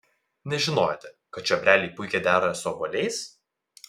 nežinojote kad čiobreliai puikiai dera su obuoliais